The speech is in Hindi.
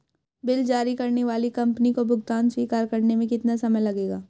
बिल जारी करने वाली कंपनी को भुगतान स्वीकार करने में कितना समय लगेगा?